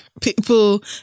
people